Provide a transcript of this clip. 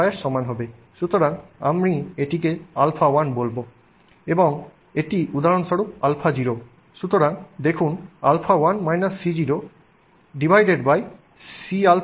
সুতরাং আমি এটিকে α1 বলব এবং এটি উদাহরণস্বরূপ α0 সুতরাং দেখুন α1 C0 Cα1 Cliquid